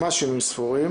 ממש ימים ספורים,